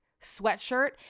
sweatshirt